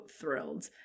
thrilled